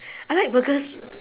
I like burgers